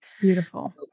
Beautiful